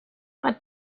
but